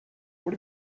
what